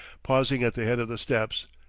pausing at the head of the steps.